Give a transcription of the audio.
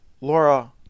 Laura